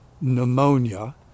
pneumonia